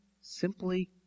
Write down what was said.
simply